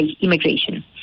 immigration